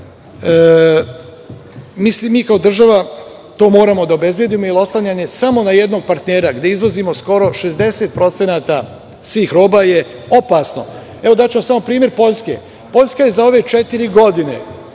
mi kao država moramo to da obezbedimo, jer oslanjanje samo na jednog partnera, gde izvozimo skoro 60% svih roba je opasno. Daću vam samo primer Poljske. Poljska je za ove četiri godine